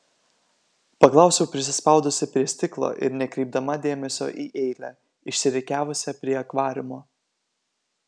paklausiau prisispaudusi prie stiklo ir nekreipdama dėmesio į eilę išsirikiavusią prie akvariumo